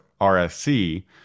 rsc